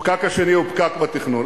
הפקק השני הוא פקק בתכנון.